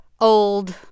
old